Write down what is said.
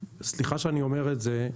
סליחה שאני אומר את זה,